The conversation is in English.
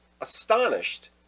astonished